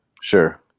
Sure